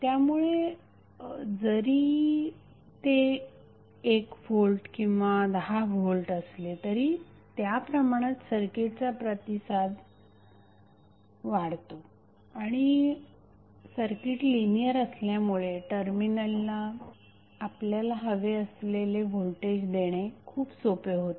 त्यामुळे जरी ते 1 व्होल्ट किंवा 10 व्होल्ट असले तरी त्याप्रमाणात सर्किटचा प्रतिसाद वाढतो आणि सर्किट लिनियर असल्यामुळे टर्मिनलला आपल्याला हवे असलेले व्होल्टेज देणे खूप सोपे होते